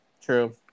True